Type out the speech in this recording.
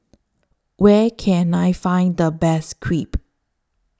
Where Can I Find The Best Crepe